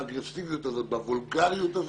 באגרסיביות הזאת, בוולגריות הזאת,